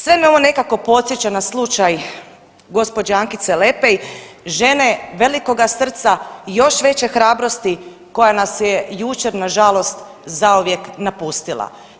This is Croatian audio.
Sve me ovo nekako podsjeća na slučaj gospođe Ankice Lepaj, žene velikoga srca i još veće hrabrosti koja nas je jučer nažalost zauvijek napustila.